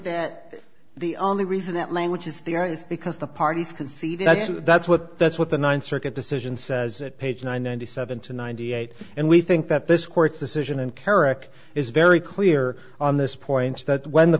that the only reason that language is the out is because the parties conceded that's what that's what the ninth circuit decision says at page one ninety seven to ninety eight and we think that this court's decision and kerik is very clear on this point that when the